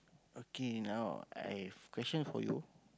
okay now I've question for you